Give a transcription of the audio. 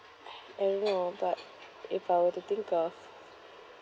and no but if I were to think of